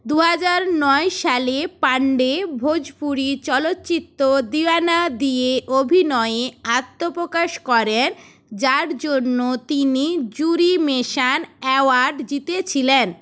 দুহাজার নয় সালে পান্ডে ভোজপুরি চলচ্চিত্র দিওয়ানা দিয়ে অভিনয়ে আত্মপ্রকাশ করেন যার জন্য তিনি জুরি মেনশন অ্যাওয়ার্ড জিতেছিলেন